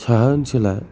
साहा ओनसोला